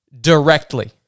directly